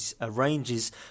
arranges